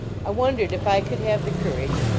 i wondered if i could have the courage,